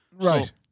Right